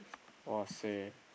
!wahseh!